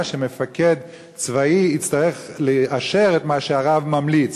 שמפקד צבאי יצטרך לאשר את מה שהרב ממליץ,